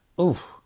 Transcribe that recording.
Oof